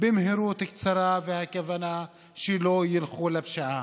במהירות הקצרה, והכוונה שלא ילכו לפשיעה.